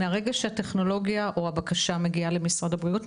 מהרגע שהטכנולוגיה או הבקשה מגיעה למשרד הבריאות,